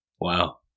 Wow